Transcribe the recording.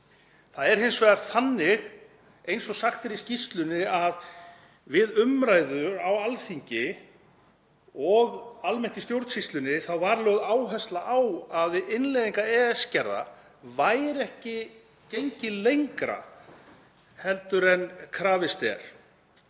vegar er það þannig, eins og sagt er í skýrslunni, að við umræðu á Alþingi og almennt í stjórnsýslunni var lögð áhersla á að við innleiðingu EES-gerða væri ekki gengið lengra heldur en krafist væri.